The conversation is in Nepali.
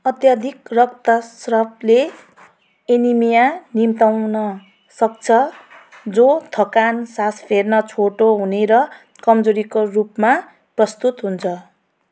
अत्यधिक रक्तस्रावले एनिमिया निम्त्याउनसक्छ जो थकान सास फेर्न छोटो हुने र कमजोरीका रूपमा प्रस्तुत हुन्छ